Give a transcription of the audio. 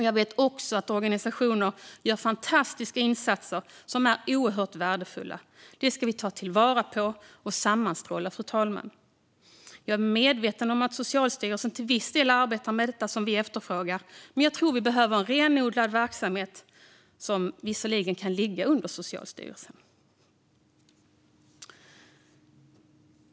Jag vet också att många organisationer gör fantastiska insatser som är oerhört värdefulla. Det ska vi ta vara på, och vi ska se till att de sammanstrålar, fru talman. Jag är medveten om att Socialstyrelsen till viss del arbetar med det som vi efterfrågar, men jag tror att det behövs en renodlad verksamhet, som visserligen kan ligga under Socialstyrelsen.